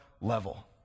level